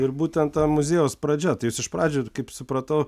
ir būtent ta muziejaus pradžia tai jūs iš pradžių ir kaip supratau